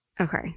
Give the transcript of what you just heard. Okay